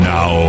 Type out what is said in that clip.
Now